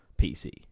PC